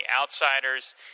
outsiders